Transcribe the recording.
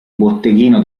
botteghino